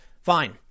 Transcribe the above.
Fine